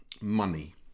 Money